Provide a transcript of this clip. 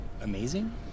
Amazing